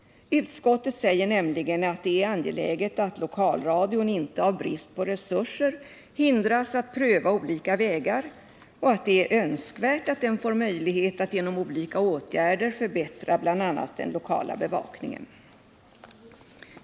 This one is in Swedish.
Utskottet säger nämligen att det är angeläget att lokalradion inte av brist på resurser hindras att pröva olika vägar och att det är önskvärt att den får möjlighet att genom olika åtgärder förbättra bl.a. den lokala bevakningen.